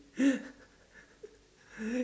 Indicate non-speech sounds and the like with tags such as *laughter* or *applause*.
*laughs*